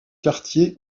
quartier